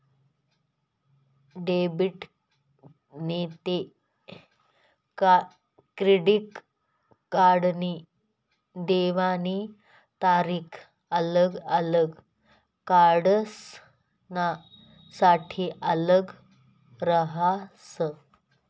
debit नैते credit कार्डनी देवानी तारीख आल्लग आल्लग कार्डसनासाठे आल्लग रहास